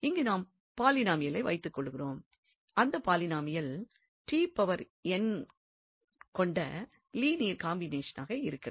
இங்கு நாம் பாலினாமியலை வைத்து கொள்கிறோம் அந்த பாலினாமியல் கொண்ட லீனியர் காம்பினேஷனாக இருக்கிறது